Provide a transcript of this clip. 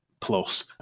Plus